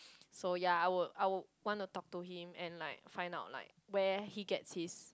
so ya I would I would want to talk to him and like find out like where he gets his